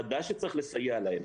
ודאי שצריך לסייע להם.